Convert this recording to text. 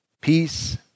peace